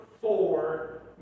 four